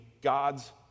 God's